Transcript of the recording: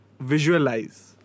visualize